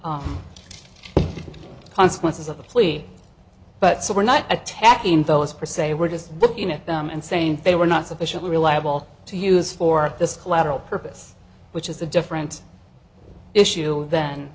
the consequences of the plea but so were not attacking those for say we're just looking at them and saying they were not sufficiently reliable to use for this collateral purpose which is a different issue th